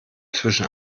zwischen